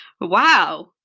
Wow